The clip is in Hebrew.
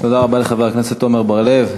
תודה רבה לחבר הכנסת עמר בר-לב.